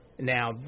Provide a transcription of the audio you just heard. Now